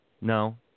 no